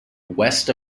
west